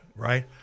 Right